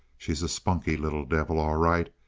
she's a spunky little devil, all right.